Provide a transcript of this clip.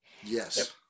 yes